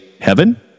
heaven